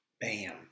bam